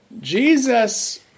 Jesus